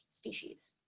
species